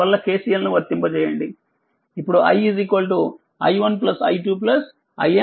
అందువల్ల KCL ను వర్తింపజేయండి అప్పుడు i i1 i2